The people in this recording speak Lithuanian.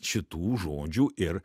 šitų žodžių ir